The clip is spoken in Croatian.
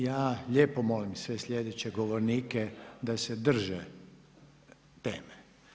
Ja lijepo molim sve slijedeće govornike da se drže teme.